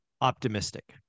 optimistic